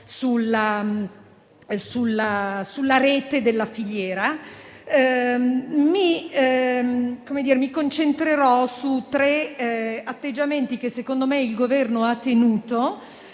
sulla rete della filiera - mi concentrerò su tre atteggiamenti che - secondo me - il Governo ha tenuto